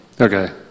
Okay